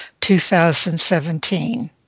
2017